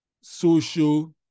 social